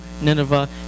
Nineveh